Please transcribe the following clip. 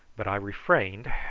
but i refrained,